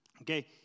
okay